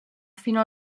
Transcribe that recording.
fino